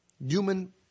human